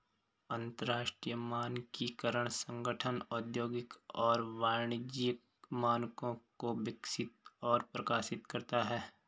अंतरराष्ट्रीय मानकीकरण संगठन औद्योगिक और वाणिज्यिक मानकों को विकसित और प्रकाशित करता है